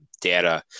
data